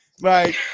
Right